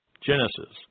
Genesis